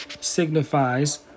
signifies